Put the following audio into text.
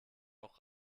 auch